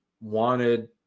wanted